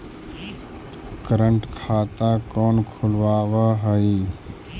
current खाता कौन खुलवावा हई